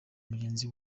mugenzi